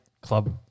club